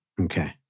Okay